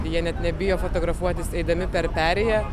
jie net nebijo fotografuotis eidami per perėją